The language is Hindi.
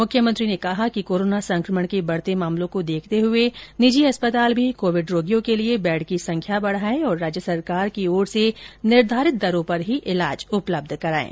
मुख्यमंत्री ने कहा है कि कोरोना संकमण के बढ़ते मामलों को देखते हुए निजी अस्पताल भी कोविड रोगियों के लिए बैड की संख्या बढ़ाएं और राज्य सरकार की ओर से निर्धारित दरों पर ही इलाज उपलब्ध कराएं